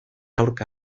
aurka